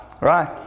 Right